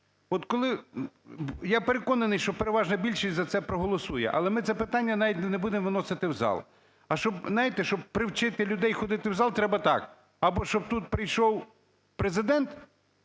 От коли… Я переконаний, що переважна більшість за це проголосує, але ми це питання навіть не будемо виносити в зал. Знаєте, щоб привчити людей ходили в зал, треба так: або щоб тут прийшов Президент